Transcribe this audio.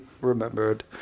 remembered